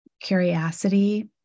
curiosity